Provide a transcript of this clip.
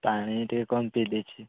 ପାଣି ଟିକେ କମ୍ ପିଇଦେଇଛି